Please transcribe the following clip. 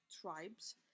tribes